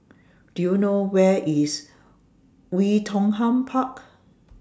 Do YOU know Where IS Oei Tiong Ham Park